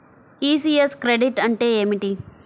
ECS credit అంటే ఏమిటి?